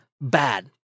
bad